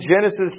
Genesis